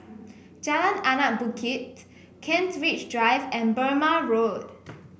Jalan Anak Bukit Kent Ridge Drive and Burmah Road